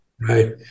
Right